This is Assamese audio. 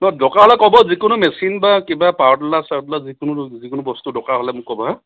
নহয় দৰকাৰ হ'লে ক'ব যিকোনো মেচিন বা কিবা পাৱাৰটলাৰ চাৱাৰটলাৰ যিকোনো যিকোন বস্তু দৰকাৰ হ'লে মোক ক'ব হা